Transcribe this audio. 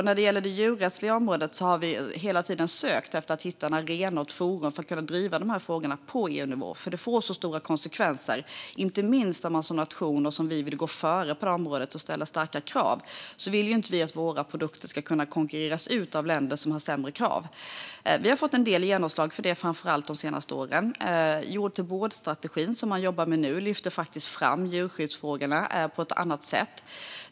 När det gäller det djurrättsliga området har vi hela tiden sökt hitta en arena och ett forum för att kunna driva dessa frågor på EU-nivå, för det får stora konsekvenser. Så är det inte minst om man som nation, som vi, vill gå före på detta område och ställa starka krav. Då vill vi inte att våra produkter ska kunna konkurreras ut av länder som har lägre krav. Vi har fått en del genomslag för detta, framför allt de senaste åren. Jord-till-bord-strategin, som man jobbar med nu, lyfter faktiskt fram djurskyddsfrågorna på ett annat sätt.